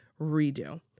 redo